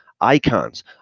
icons